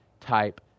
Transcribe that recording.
type